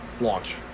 launch